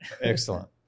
excellent